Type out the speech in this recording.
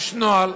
יש נוהל.